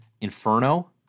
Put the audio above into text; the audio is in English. Inferno